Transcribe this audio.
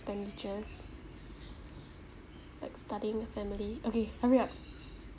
expenditures like starting a family okay hurry up